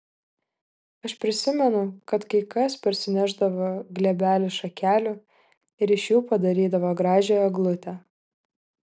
aš prisimenu kad kai kas parsinešdavo glėbelį šakelių ir iš jų padarydavo gražią eglutę